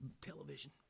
Television